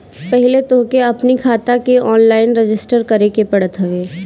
पहिले तोहके अपनी खाता के ऑनलाइन रजिस्टर करे के पड़त हवे